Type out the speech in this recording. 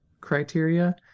criteria